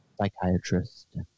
psychiatrist